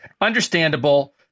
Understandable